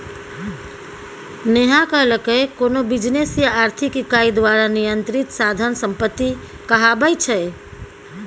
नेहा कहलकै कोनो बिजनेस या आर्थिक इकाई द्वारा नियंत्रित साधन संपत्ति कहाबै छै